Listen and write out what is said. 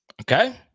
Okay